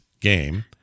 game